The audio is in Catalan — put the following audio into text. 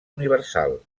universal